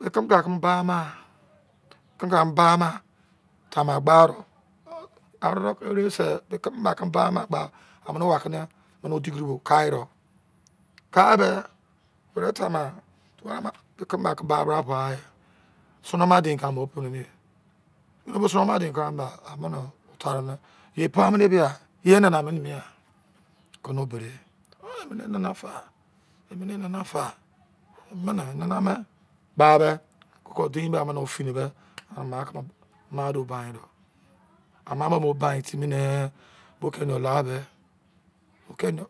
ba keme ba keme ba ma tama gba ro oh arekro ere se ba keme ba keme ba ma gba omene ba kene yan ane odigiri b ka ro ka be were ta ma tuwa rama ba keme ba keme ba paia sono-man dein ka mo prere me sono-man dein kere ma ba amene e tare me ye pai mene ba ye enana mene ke o bo re oh mene nana fa emene enana me ba be koko dein amene ufini me ama do bain do ama mo bain timi nee bo keni yo la be